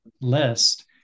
list